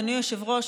אדוני היושב-ראש,